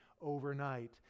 overnight